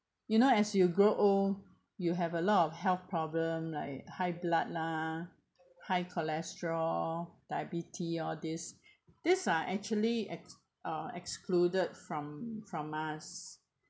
you know as you grow old you have a lot of health problem like high blood lah high cholesterol diabetes or these these ah actually ex~ uh excluded from from us